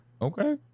Okay